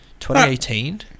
2018